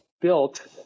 built